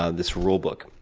ah this rulebook.